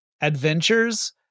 adventures